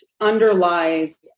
underlies